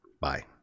Bye